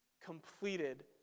completed